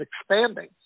expanding